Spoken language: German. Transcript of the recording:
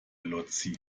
lotzi